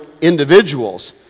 individuals